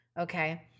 okay